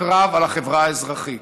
הקרב על החברה האזרחית,